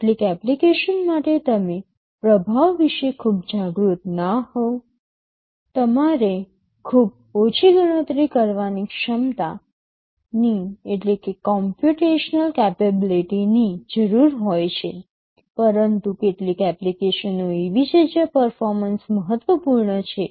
કેટલીક એપ્લિકેશન માટે તમે પ્રભાવ વિશે ખૂબ જાગૃત ન હોવ તમારે ખૂબ ઓછી ગણતરી કરવાની ક્ષમતાની જરૂર હોય છે પરંતુ કેટલીક એપ્લિકેશનો એવી છે જ્યાં પર્ફોમન્સ મહત્વપૂર્ણ છે